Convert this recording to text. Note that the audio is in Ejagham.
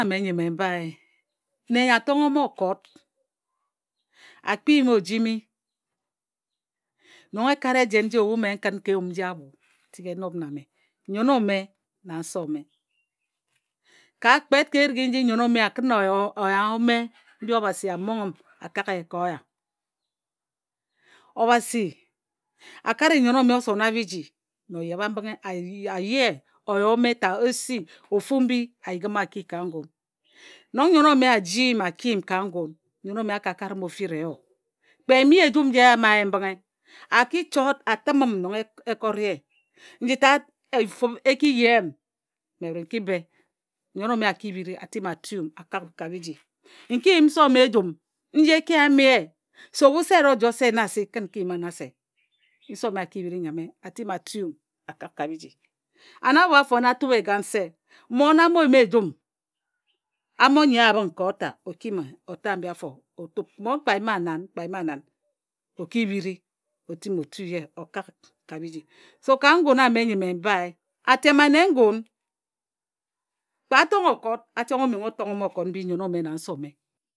Ngun ame nyi mme mbae nne nyo atonghe m okot a kpi ǝm ojimi nong ekat ejen nji obhu mme n kǝn ka eyum nji abho tik e nob na mme nnyen ome na nse ome. Ka kpet ka erik nji nnyen ome a kǝn oya ome mbi Obhasi a monhe m a kak ye ka oya Obhasi a kare nnyen ome osong biji na oyebha mbǝnghe a yee oya ome ta o si ofu mbi a yighi m a ki ka ngun. Nong nnyen ome a jii m a ki m ka ngun nnyen ome a ka kare m ofina eyo. Kpe n yimi ye ejum nji e yama ye mbǝnghe a ki chot a tǝm m nong e kot ye. Nji tat efub e ki ye m mme bhǝt n ki be Nnyen ome a biri a ti njǝm a tu m a kak ka biji. N ki yim nse o me ejum nji e ki yam ye se ebhu se e ro joe se nna asik kǝn n ki yim wa nna se Nse ome a bhiri nyame a ti njǝm a tu a kak ka biji. An abho afone a tub egan se mmon a mo yim ejum mmon a mo nye wa abhǝng ka ota o kim ota ambi afo o tub. Mmon kpe a yim wa nan kpe a yim wa nan o ki bhiri o ti njim o tu ye o kak ka biji. So ka ngun ame nyi mme m bae atem ane ngun kpe a tonghe okot a mo menghe o tonghe okot mbi nse ome na nnyen ome a tonghe m.